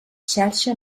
xarxa